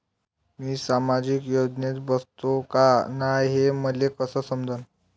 मी सामाजिक योजनेत बसतो का नाय, हे मले कस समजन?